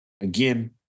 again